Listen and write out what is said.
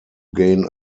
gain